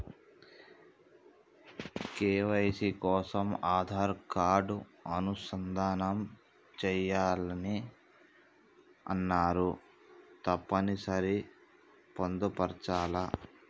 KYC కోసం Aadhaar card అనుసంధానం చేయాలని అన్నరు తప్పని సరి పొందుపరచాలా?